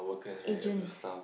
agents